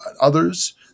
others